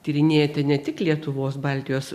tyrinėti ne tik lietuvos baltijos